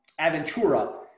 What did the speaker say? Aventura